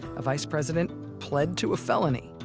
a vice president pled to a felony,